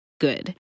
good